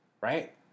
right